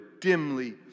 dimly